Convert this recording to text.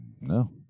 no